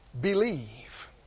believe